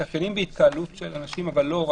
יש בתקנה 8ב4 התייחסות לעריכת מופעים, בית